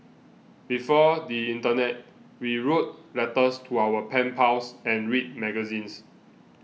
before the internet we wrote letters to our pen pals and read magazines